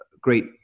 great